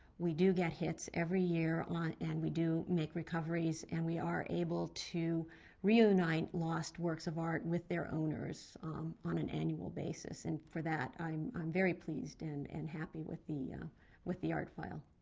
we do get hits every year and we do make recoveries and we are able to reunite lost works of art with their owners on an annual basis, and, for that, i'm i'm very pleased and and happy with the yeah with the art file.